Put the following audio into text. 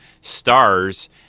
stars